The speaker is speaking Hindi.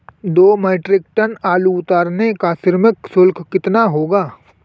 दो मीट्रिक टन आलू उतारने का श्रम शुल्क कितना होगा?